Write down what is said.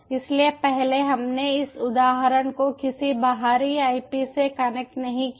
इसलिए पहले हमने इस उदाहरण को किसी बाहरी IP से कनेक्ट नहीं किया है